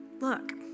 Look